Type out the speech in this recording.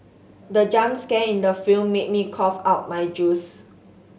the jump scare in the film made me cough out my juice